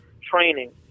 training